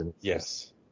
Yes